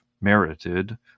merited